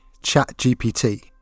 ChatGPT